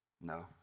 no